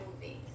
movies